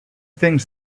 things